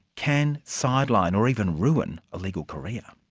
can sideline or even ruin a legal career.